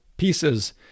pieces